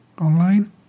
online